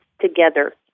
together